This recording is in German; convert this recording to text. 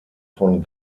von